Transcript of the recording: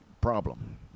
problem